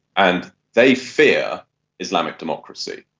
and they fear islamic democracy,